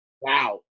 wow